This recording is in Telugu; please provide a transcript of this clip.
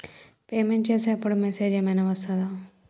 పేమెంట్ చేసే అప్పుడు మెసేజ్ ఏం ఐనా వస్తదా?